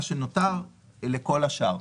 לכל השאר.